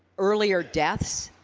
earlier deaths.